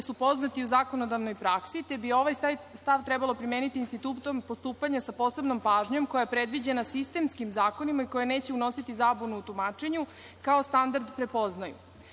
su poznati u zakonodavnoj praksi, te bi ovaj stav trebalo primeniti institutom postupanja sa posebnom pažnjom koja je predviđena sistemskim zakonima i koja neće unositi zabunu u tumačenju, kao standard prepoznaju,